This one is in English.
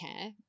care